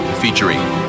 Featuring